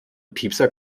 piepser